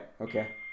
okay